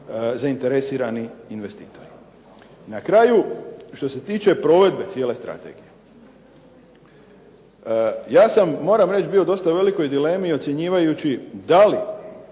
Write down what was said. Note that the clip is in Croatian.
zainteresirani investitori. Na kraju, što se tiče provedbe cijele strategije ja sam, moram reći, bio u dosta velikoj dilemi ocjenjivajući da li